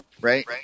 right